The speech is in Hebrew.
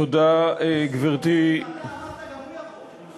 תודה, גברתי, אם אתה אמרת, גם הוא יכול.